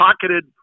pocketed